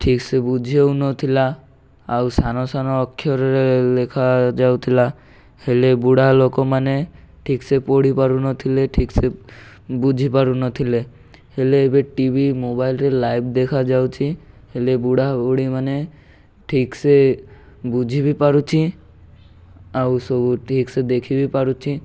ଠିକ୍ସେ ବୁଝିହେନଥିଲା ଆଉ ସାନ ସାନ ଅକ୍ଷରରେ ଲେଖାାଯାଉଥିଲା ହେଲେ ବୁଢ଼ା ଲୋକମାନେ ଠିକ୍ସେ ପଢ଼ିପାରୁନଥିଲେ ଠିକ୍ସେେ ବୁଝିପାରୁନଥିଲେ ହେଲେ ଏବେ ଟି ଭି ମୋବାଇଲରେ ଲାଇଭ୍ ଦେଖାାଯାଉଛି ହେଲେ ବୁଢ଼ା ବୁଢ଼ୀମାନେ ଠିକ୍ସେ ବୁଝି ବି ପାରୁଛି ଆଉ ସବୁ ଠିକ୍ସେ ଦେଖି ବି ପାରୁଛି